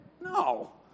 No